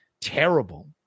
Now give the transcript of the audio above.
terrible